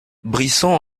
brisson